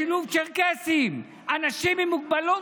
לשילוב צ'רקסים, אנשים עם מוגבלות.